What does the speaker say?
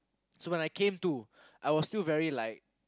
so when I came to I was still very like